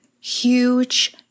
huge